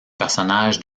personnages